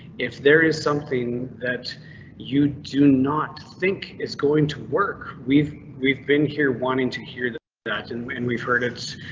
if there is something that you do not think it's going to work. we've we've been here wanting to hear that, and we've and we've heard it's